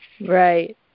Right